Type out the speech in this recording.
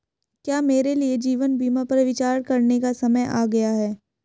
क्या मेरे लिए जीवन बीमा पर विचार करने का समय आ गया है?